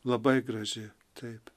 labai graži taip